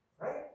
right